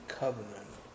covenant